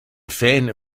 fan